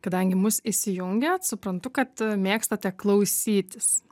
kadangi mus įsijungėt suprantu kad mėgstate klausytis